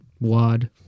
Wad